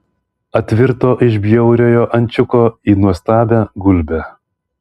atvirto iš bjauriojo ančiuko į nuostabią gulbę